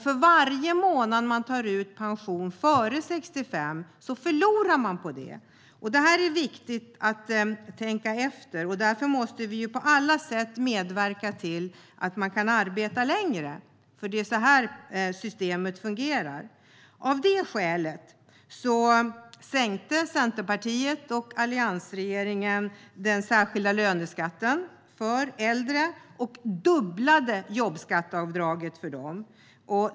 För varje månad som man tar ut pension före 65 förlorar man på det. Det är viktigt att tänka på. Därför måste vi på alla sätt medverka till att man kan arbeta längre. Det är så systemet fungerar. Av det skälet sänkte Centerpartiet och alliansregeringen den särskilda löneskatten för äldre och dubblade jobbskatteavdraget för dem.